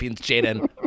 Jaden